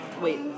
Wait